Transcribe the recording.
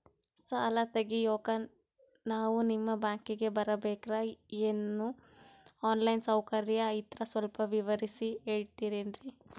ಸಾಲ ತೆಗಿಯೋಕಾ ನಾವು ನಿಮ್ಮ ಬ್ಯಾಂಕಿಗೆ ಬರಬೇಕ್ರ ಏನು ಆನ್ ಲೈನ್ ಸೌಕರ್ಯ ಐತ್ರ ಸ್ವಲ್ಪ ವಿವರಿಸಿ ಹೇಳ್ತಿರೆನ್ರಿ?